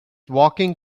walking